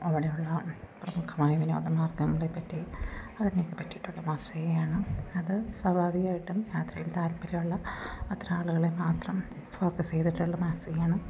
അങ്ങനെയുള്ള പ്രമുഖമായ വിനോദമാർഗ്ഗങ്ങളെ പറ്റി അതിനെയൊക്കെപ്പറ്റിയിട്ടുള്ള മാസികയാണ് അത് സ്വാഭാവികമായിട്ടും യാത്രയിൽ താൽപര്യമുള്ള അത്ര ആളുകളെ മാത്രം ഫോക്കസ് ചെയ്തിട്ടുള്ള മാസികയാണ്